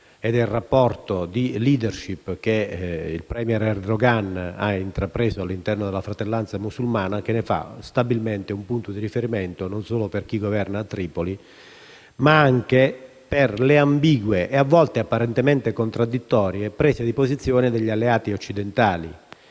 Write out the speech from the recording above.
il rapporto di*leadership* che il premier Erdoğan ha intrapreso all'interno della Fratellanza musulmana ne fa stabilmente un punto di riferimento non solo per chi governa a Tripoli, ma anche per le ambigue e a volte apparentemente contraddittorie prese di posizione degli alleati occidentali.